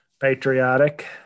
patriotic